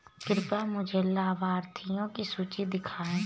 कृपया मुझे लाभार्थियों की सूची दिखाइए